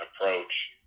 Approach